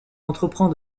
entreprend